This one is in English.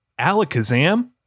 alakazam